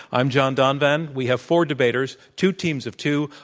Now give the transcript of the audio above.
i am john donvan. we have four debaters, two teams of two,